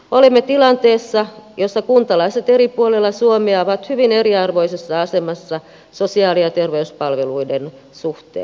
olemme tilanteessa jossa kuntalaiset eri puolilla suomea ovat hyvin eriarvoisessa asemassa sosiaali ja terveyspalveluiden suhteen